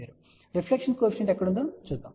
ఇప్పుడు reflection coefficient ఎక్కడ ఉందో చూద్దాం